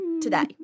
today